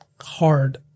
hard